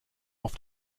auf